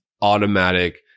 automatic